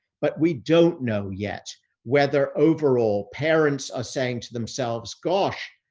but we don't know yet whether overall, parents are saying to themselves, gosh,